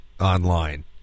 online